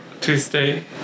Tuesday